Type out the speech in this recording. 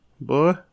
Boy